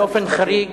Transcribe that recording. באופן חריג,